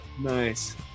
Nice